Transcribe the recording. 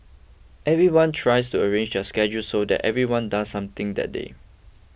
everyone tries to arrange their schedules so that everyone does something that day